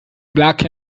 black